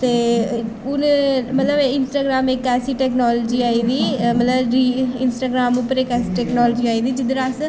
ते हून मतलब इंस्टाग्राम इक ऐसी टैकनालोजी आई गेदी मतलब री इंस्ट्राग्राम उप्पर इक ऐसी टैकनालोजी आई गेदी जिद्धर अस